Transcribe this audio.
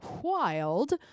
wild